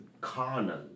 carnal